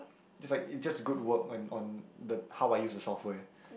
it's like it's just good work on on the how I use the software